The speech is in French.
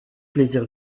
plaisir